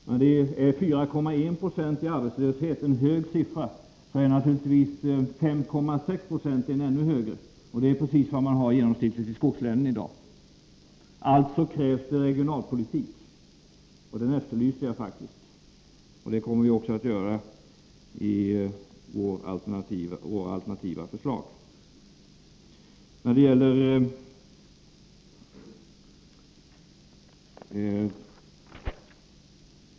Men är 4,1 40 i arbetslöshet en hög siffra, så är naturligtvis 5,6 270 en ännu högre siffra — det är precis vad man genomsnittligt har i skogslänen i dag. Det krävs alltså regionalpolitik. Jag efterlyser den, och det kommer vi också att göra i våra alternativa förslag.